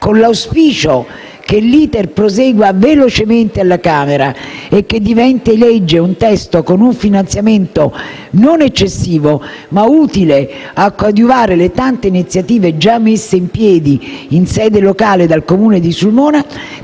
Con l'auspicio che l'*iter* prosegua velocemente alla Camera e che diventi legge un testo con un finanziamento non eccessivo, ma utile a coadiuvare le tante iniziative già messe in piedi in sede locale dal Comune di Sulmona,